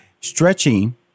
Stretching